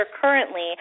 currently